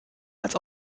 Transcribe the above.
als